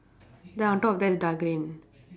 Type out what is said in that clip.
then on top of that is dark green